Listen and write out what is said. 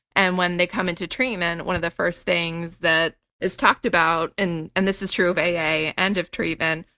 and when they come into treatment, one of the first things that is talked about and and this is true of aa and of treatment,